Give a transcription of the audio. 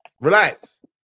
Relax